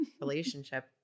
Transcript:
relationship